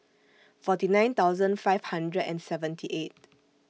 forty nine thousand five hundred and seventy eight